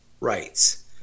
rights